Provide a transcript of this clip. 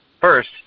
First